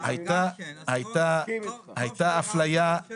הייתה אפליה.